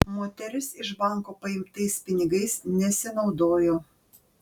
moteris iš banko paimtais pinigais nesinaudojo